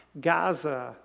Gaza